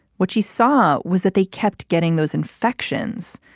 what she saw was that they kept getting those infections,